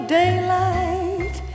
daylight